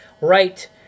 right